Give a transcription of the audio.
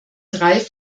drei